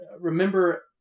remember